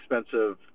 expensive